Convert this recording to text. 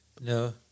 No